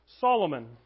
Solomon